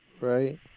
Right